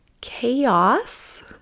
chaos